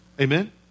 Amen